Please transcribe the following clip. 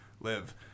live